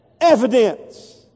evidence